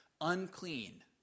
unclean